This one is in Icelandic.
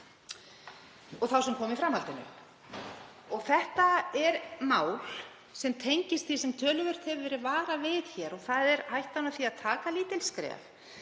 og þá sem komu í framhaldinu. Þetta er mál sem tengist því sem töluvert hefur verið varað við hér og það er hættan á því að taka lítil skref.